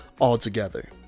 altogether